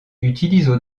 utilisent